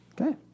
Okay